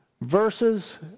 verses